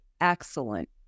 excellent